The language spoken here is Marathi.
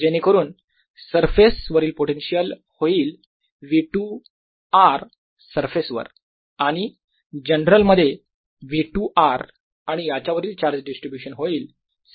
जेणेकरून सरफेस वरील पोटेन्शियल होईल v2 r सरफेस वर आणि जनरल मध्ये v2 r आणि याच्या वरील चार्ज डिस्ट्रीब्यूशन होईल σ 2r